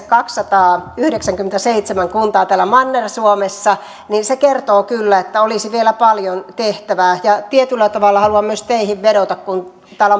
kaksisataayhdeksänkymmentäseitsemän kuntaa manner suomessa se kertoo kyllä että olisi vielä paljon tehtävää tietyllä tavalla haluan myös teihin vedota kun täällä